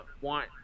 want